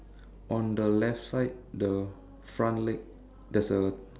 on the left side the front leg there's a